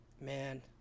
man